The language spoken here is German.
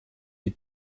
die